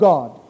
God